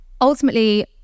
ultimately